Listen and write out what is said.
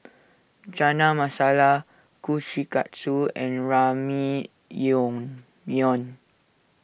Chana Masala Kushikatsu and